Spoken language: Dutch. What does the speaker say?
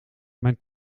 mijn